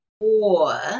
four